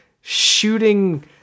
shooting